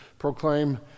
Proclaim